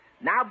Now